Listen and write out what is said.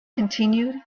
continued